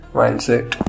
mindset